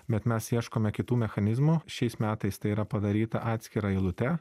bet mes ieškome kitų mechanizmų šiais metais tai yra padaryta atskira eilute